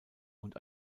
und